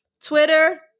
Twitter